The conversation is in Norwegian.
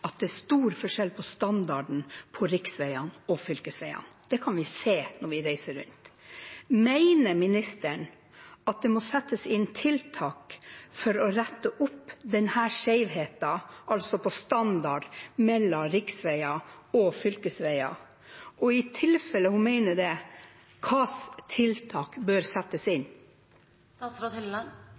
er stor forskjell på standarden på riksveiene og fylkesveiene. Det kan vi se når vi reiser rundt. Mener ministeren at det må settes inn tiltak for å rette opp denne skjevheten i standard mellom riksveier og fylkesveier? Og i tilfelle hun mener det: Hvilke tiltak bør settes